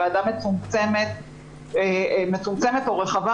ועדה מצומצמת או רחבה,